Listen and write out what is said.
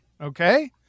Okay